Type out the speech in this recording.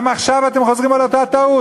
גם עכשיו אתם חוזרים על אותה טעות?